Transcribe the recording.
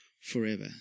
forever